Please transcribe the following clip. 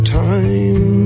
time